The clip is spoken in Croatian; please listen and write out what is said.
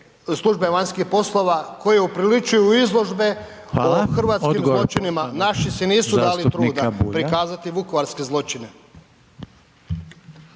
službe vanjskih poslova koje upriličuju izložbe o hrvatskim zločinima. Naši si nisu dali